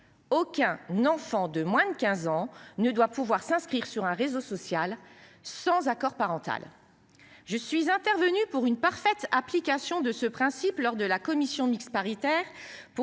Aucun n'enfant de moins de 15 ans ne doit pouvoir s'inscrire sur un réseau social sans accord parental. Je suis intervenu pour une parfaite application de ce principe lors de la commission mixte paritaire